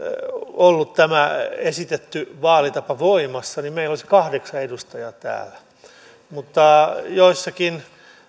ollut tämä esitetty vaalitapa voimassa niin meillä olisi kahdeksan edustajaa täällä mutta joissakin